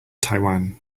taiwan